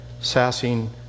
sassing